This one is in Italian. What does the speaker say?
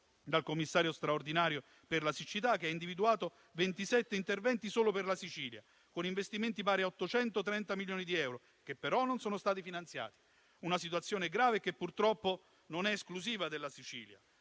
dal commissario straordinario per la siccità, che ha individuato ventisette interventi solo per la Sicilia, con investimenti pari a 830 milioni di euro, che però non sono stati finanziati. È una situazione grave, che purtroppo non è esclusiva della Sicilia.